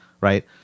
right